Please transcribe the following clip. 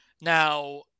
Now